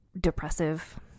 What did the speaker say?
depressive